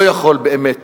לא יכול באמת